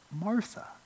Martha